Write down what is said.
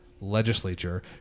legislature